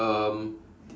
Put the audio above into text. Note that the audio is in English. um